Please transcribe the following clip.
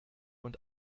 und